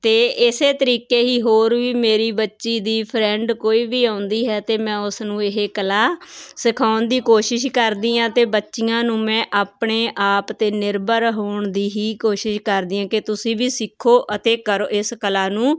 ਅਤੇ ਇਸੇ ਤਰੀਕੇ ਹੀ ਹੋਰ ਵੀ ਮੇਰੀ ਬੱਚੀ ਦੀ ਫਰੈਂਡ ਕੋਈ ਵੀ ਆਉਂਦੀ ਹੈ ਤਾਂ ਮੈਂ ਉਸ ਨੂੰ ਇਹ ਕਲਾ ਸਿਖਾਉਣ ਦੀ ਕੋਸ਼ਿਸ਼ ਕਰਦੀ ਆ ਤੇ ਬੱਚੀਆਂ ਨੂੰ ਮੈਂ ਆਪਣੇ ਆਪ ਦੇ ਨਿਰਭਰ ਹੋਣ ਦੀ ਹੀ ਕੋਸ਼ਿਸ਼ ਕਰਦੀ ਹਾਂ ਕਿ ਤੁਸੀਂ ਵੀ ਸਿੱਖੋ ਅਤੇ ਕਰੋ ਇਸ ਕਲਾ ਨੂੰ